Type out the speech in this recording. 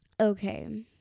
Okay